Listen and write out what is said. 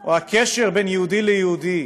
או הקשר בין יהודי ליהודי,